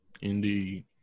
Indeed